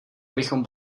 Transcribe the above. abychom